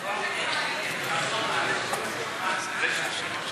אני לא